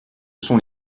sont